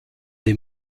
des